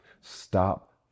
Stop